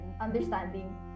understanding